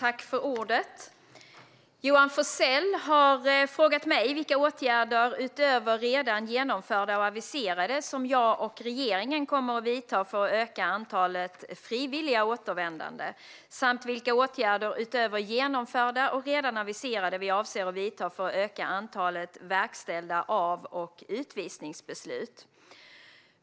Herr talman! Johan Forssell har frågat mig vilka åtgärder utöver dem som redan är genomförda eller aviserade som jag och regeringen kommer att vidta för att öka antalet frivilligt återvändande samt vilka åtgärder utöver dem som redan är genomförda eller aviserade som vi avser att vidta för att öka antalet verkställda avvisnings och utvisningsbeslut.